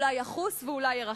אולי יחוס ואולי ירחם.